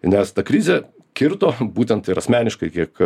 nes ta krizė kirto būtent ir asmeniškai kiek